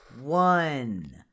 one